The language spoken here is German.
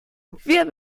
wir